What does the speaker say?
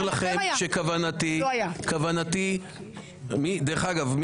דרך אגב, אני רוצה לדעת כמה הגישו.